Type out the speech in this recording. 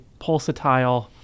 pulsatile